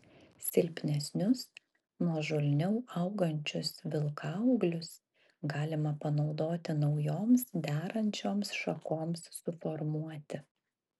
silpnesnius nuožulniau augančius vilkaūglius galima panaudoti naujoms derančioms šakoms suformuoti